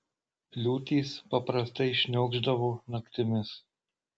liūtys paprastai šniokšdavo naktimis